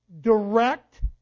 direct